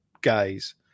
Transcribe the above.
guys